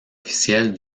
officielle